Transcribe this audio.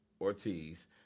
Ortiz